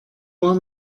war